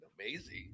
amazing